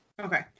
Okay